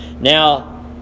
Now